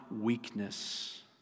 weakness